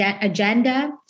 agenda